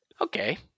Okay